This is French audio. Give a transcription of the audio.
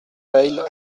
bayle